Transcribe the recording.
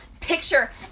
picture